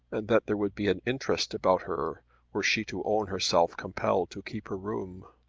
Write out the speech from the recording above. and that there would be an interest about her were she to own herself compelled to keep her room.